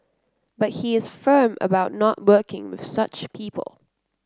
but he is firm about not working with such people